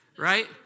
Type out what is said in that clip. right